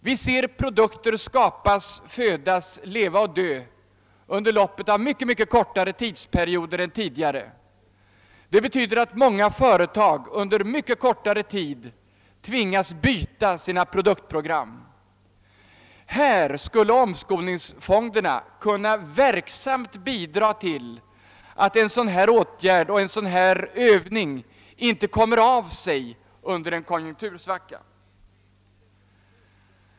Vi ser produkter födas, leva och dö inom loppet av mycket kortare tidsperioder än tidigare. Det betyder att många företag med mycket kortare intervaller tvingas byta sina produktprogram. Omskolningsfonderna skulle verksamt kunna bidra till att en sådan utveckling inte kommer av sig under en konjunktursvacka.